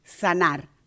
sanar